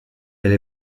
elle